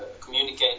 communicate